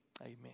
amen